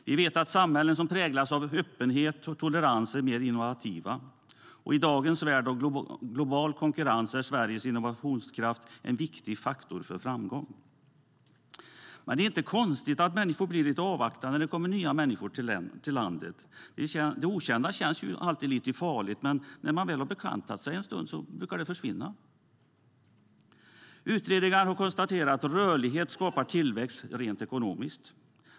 Vi vet att samhällen som präglas av öppenhet och tolerans är mer innovativa, och i dagens värld av global konkurrens är Sveriges innovationskraft en viktig faktor för framgång. Utredningar har konstaterat att rörlighet skapar tillväxt rent ekonomiskt.